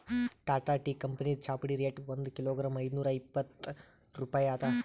Tata tea ಕಂಪನಿದ್ ಚಾಪುಡಿ rate ಒಂದ್ ಕಿಲೋಗಾ ಐದ್ನೂರಾ ಇಪ್ಪತ್ತ್ ರೂಪಾಯಿ ಅದಾ